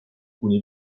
kuni